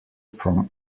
from